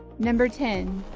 number ten.